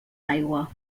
aigua